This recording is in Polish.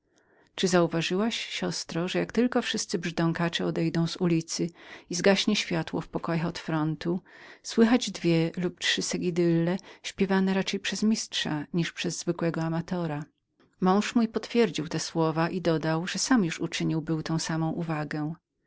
czy uważałaś moja siostro że jak tylko wszyscy brzdąkacze odejdą z ulicy i zagaśnie światło w naszym bawialnym pokoju słychać dwie lub trzy ballady śpiewane raczej przez mistrza niż przez zwykłego dilettanta mąż mój potwierdził te słowa i dodał że sam już uczynił był tę samą uwagę